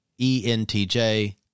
ENTJ